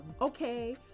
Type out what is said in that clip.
Okay